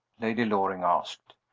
lady loring asked.